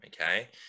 Okay